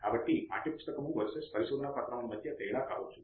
కాబట్టి పాఠ్యపుస్తకము వర్సెస్ పరిశోదనా పత్రముల మధ్య తేడా కావచ్చు